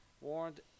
warned